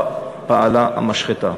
שבו פעלה המשחטה.